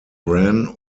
ran